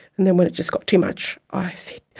and then when it just got too much, i said,